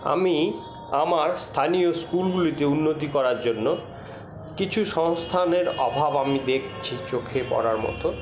আমি আমার স্থানীয় স্কুলগুলিতে উন্নতি করার জন্য কিছু সংস্থানের অভাব আমি দেখছি চোখে পড়ার মত